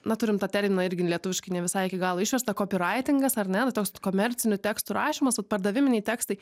na turim tą terminą irgi lietuviškai ne visai iki galo išverstą kopiraitingas ar ne nu toks komercinių tekstų rašymas va pardaviminiai tekstai